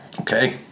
Okay